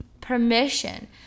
permission